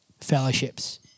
fellowships